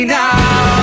now